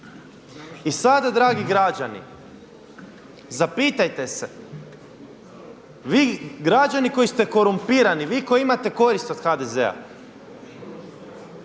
I sada dragi građani zapitajte se vi građani koji ste korumpirani, vi koji imate korist od HDZ-a